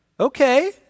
Okay